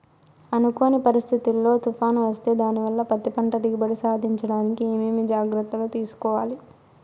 అనుకోని పరిస్థితుల్లో తుఫాను వస్తే దానివల్ల పత్తి పంట దిగుబడి సాధించడానికి ఏమేమి జాగ్రత్తలు తీసుకోవాలి?